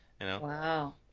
Wow